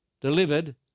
delivered